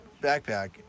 backpack